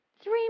Three